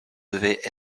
devaient